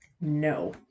No